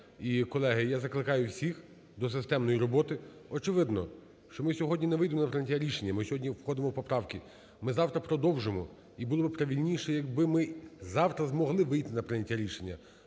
колеги, я закликаю всіх до системної роботи. Очевидно, що ми сьогодні не вийдемо на прийняття рішення, ми сьогодні входимо в поправки. Ми завтра продовжимо, і було би правильніше, якби ми завтра змогли вийти на прийняття рішення.